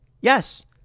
Yes